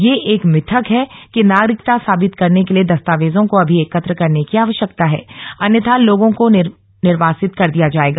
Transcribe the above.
यह एक मिथक है कि नागरिकता साबित करने के लिए दस्तावेजों को अभी एकत्र करने की आवश्यकता है अन्यथा लोगों को निर्वासित कर दिया जाएगा